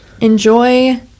enjoy